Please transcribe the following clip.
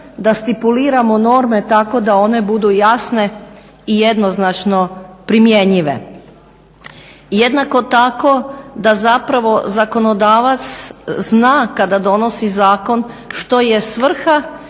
da stipuliramo norme tako da one budu jasne i jednoznačno primjenjive. I jednako tako da zapravo zakonodavac zna kada donosi zakon što je svrha,